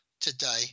today